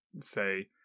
say